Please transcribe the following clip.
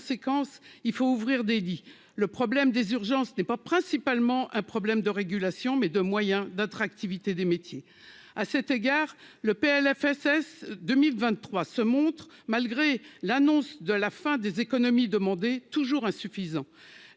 conséquence, il faut ouvrir des le problème des urgences n'est pas principalement un problème de régulation mais de moyens d'attractivité des métiers à cet égard le PLFSS 2023 se montre malgré l'annonce de la fin des économies demandées toujours insuffisant,